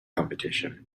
competition